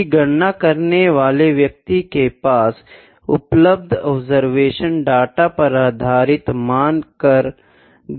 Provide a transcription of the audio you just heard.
यदि गणना करने वाले व्यक्ति के पास उपलब्ध ऑब्जर्वेशन डाटा पर आधारित मान कर गणना की गयी है